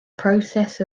process